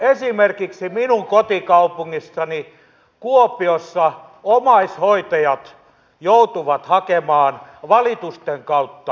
esimerkiksi minun kotikaupungissani kuopiossa omaishoitajat joutuvat hakemaan valitusten kautta oikeutta